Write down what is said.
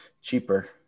cheaper